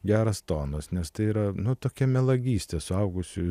geras tonas nes tai yra nu tokia melagystė suaugusiųjų